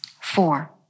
Four